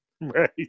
Right